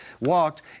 walked